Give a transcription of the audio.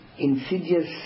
insidious